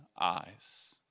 eyes